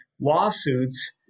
lawsuits